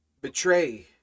betray